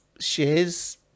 shares